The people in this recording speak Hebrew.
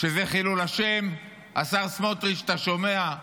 שזה חילול השם, השר סמוטריץ', אתה שומע?